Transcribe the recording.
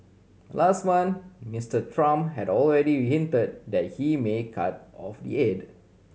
last month Mister Trump had already hinted that he may cut off the aid